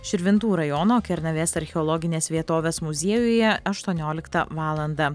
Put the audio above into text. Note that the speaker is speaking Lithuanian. širvintų rajono kernavės archeologinės vietovės muziejuje aštuonioliktą valandą